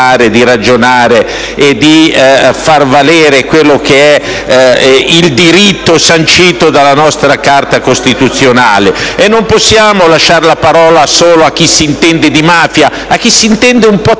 di ragionare e di far valere il diritto sancito dalla nostra Carta costituzionale. Non possiamo lasciare la parola solo a chi si intende di mafia, a chi si intende un po'